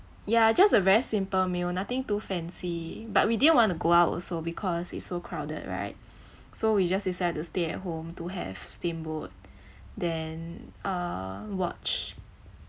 ya just a very simple meal nothing too fancy but we didn't want to go out also because it's so crowded right so we just decide to stay at home to have steamboat then uh watch